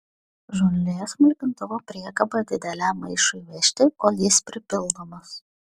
žolės smulkintuvo priekaba dideliam maišui vežti kol jis pripildomas